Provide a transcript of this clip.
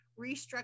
restructure